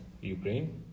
Ukraine